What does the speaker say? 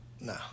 No